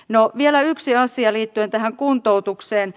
no vielä yksi asia liittyen tähän kuntoutukseen